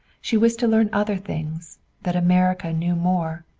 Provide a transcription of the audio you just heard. she was to learn other things that america knew more,